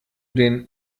den